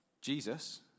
Jesus